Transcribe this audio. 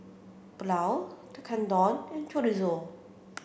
Pulao Tekkadon and Chorizo